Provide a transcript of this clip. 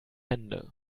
hände